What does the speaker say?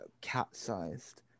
cat-sized